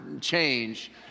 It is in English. change